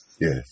Yes